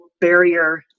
barrier